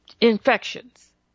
infections